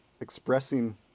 Expressing